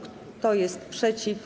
Kto jest przeciw?